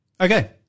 Okay